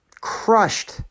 crushed